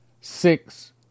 six